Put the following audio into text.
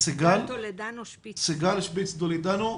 סיגל שפיץ טולדנו.